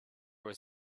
was